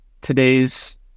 today's